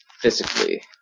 physically